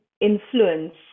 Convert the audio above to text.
influence